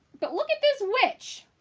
but look at this witch!